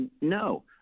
No